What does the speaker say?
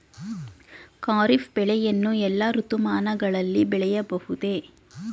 ಖಾರಿಫ್ ಬೆಳೆಯನ್ನು ಎಲ್ಲಾ ಋತುಮಾನಗಳಲ್ಲಿ ಬೆಳೆಯಬಹುದೇ?